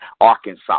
Arkansas